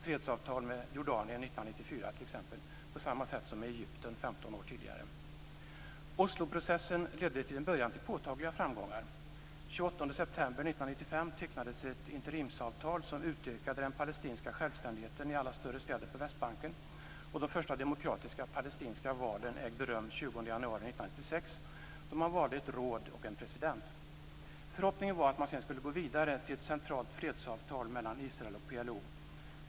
Fredsavtal tecknades mellan Israel och Jordanien 1994 på samma sätt som mellan Israel och Egypten 15 år tidigare. Osloprocessen ledde till en början till påtagliga framgångar. Den 28 september 1995 tecknades ett interimsavtal som utökade den palestinska självständigheten i alla större städer på Västbanken, och de första demokratiska palestinska valen ägde rum den 20 januari 1996, då man valde ett råd och en president. Förhoppningen var att man sedan skulle gå vidare till ett centralt fredsavtal mellan Israel och PLO.